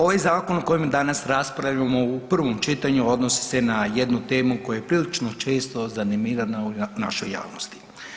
Ovaj zakon o kojem danas raspravljamo u prvom čitanju odnosi se na jednu temu koja je prilično često …/nerazumljivo/… u našoj javnosti.